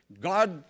God